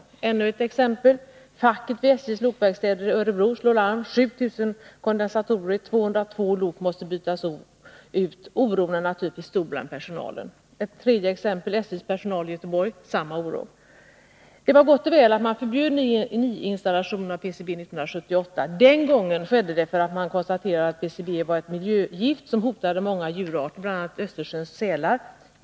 : Som ett andra exempel kan nämnas att facket vid SJ:s lokverkstäder i Örebro slagit larm om att 7 000 kondensatorer i 202 lok måste bytas ut. Oron är naturligtvis stor inom personalen. Som ett tredje exempel kan framhållas att SJ:s personal i Göteborg känner en motsvarande oro. Det var gott och väl att man förbjöd nyinstallation av PCB 1978. Den gången skedde det därför att man konstaterat att PCB var ett miljögift som hotade många djurarter, bl.a. Östersjöns sälar.